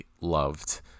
loved